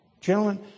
Gentlemen